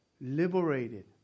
liberated